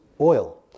oil